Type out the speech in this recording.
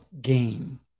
game